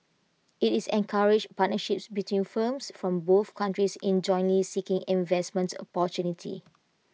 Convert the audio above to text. IT is encourages partnerships between firms from both countries in jointly seeking investment opportunities